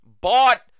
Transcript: bought